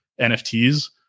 NFTs